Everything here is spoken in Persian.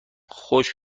خشک